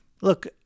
look